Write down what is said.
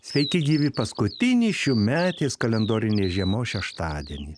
sveiki gyvi paskutinį šiųmetės kalendorinės žiemos šeštadienį